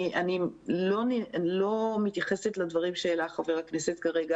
אני לא מתייחסת לדברים שהעלה חבר הכנסת כרגע,